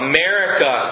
America